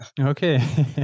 okay